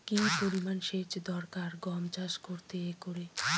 কি পরিমান সেচ দরকার গম চাষ করতে একরে?